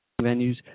venues